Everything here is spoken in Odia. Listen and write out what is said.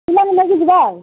ପିଲାଙ୍କୁ ନେଇକି ଯିବା ଆଉ